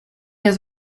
has